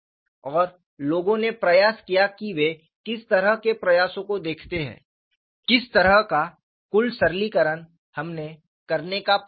और लोगों ने प्रयास किया कि वे किस तरह के प्रयासों को देखते थे किस तरह का कुल सरलीकरण हमने करने का प्रयास किया